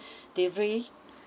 delivery